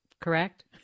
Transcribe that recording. correct